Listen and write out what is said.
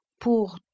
pour